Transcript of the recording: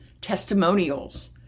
testimonials